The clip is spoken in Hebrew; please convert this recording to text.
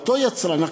אותו יצרן,